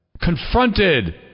confronted